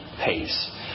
pace